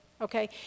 okay